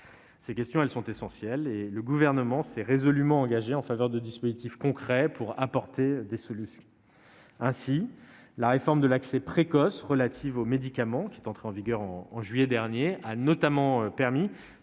Ces questions sont essentielles, et le Gouvernement s'est résolument engagé en faveur de dispositifs concrets pour apporter des solutions. La réforme de l'accès précoce relative aux médicaments, qui est entrée en vigueur en juillet dernier, a notamment permis